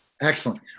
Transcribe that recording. Excellent